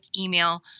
email